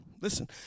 listen